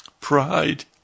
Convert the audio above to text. pride